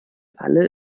alle